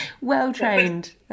Well-trained